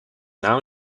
now